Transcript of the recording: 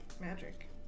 magic